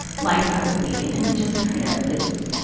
life that would be and just kind of, it's,